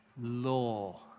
law